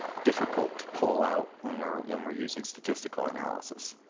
difficult to pull out when we're when we're using statistical analysis.